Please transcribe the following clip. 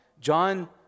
John